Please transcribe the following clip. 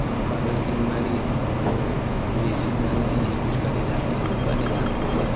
अब पागल की बीमारी तो कोई ऐसी बीमारी नहीं है कि उसका निदान नहीं होगा निदान होगा